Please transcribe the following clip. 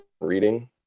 reading